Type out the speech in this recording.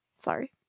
Sorry